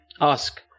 ask